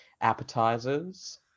appetizers